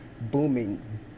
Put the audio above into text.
booming